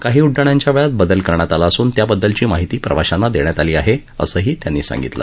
काही उड्डाणाच्या वेळात बदल करण्यात आला असून त्याबद्दलची माहिती प्रवाशांना देण्यात आली आहे असंही त्यांनी सांगितलं